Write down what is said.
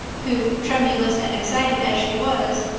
who, tremulous and excited as she was,